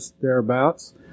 thereabouts